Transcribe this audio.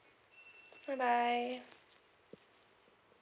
bye bye